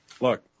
Look